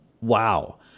wow